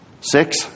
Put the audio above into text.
Six